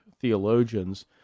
theologians